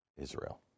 Israel